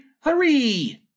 Hurry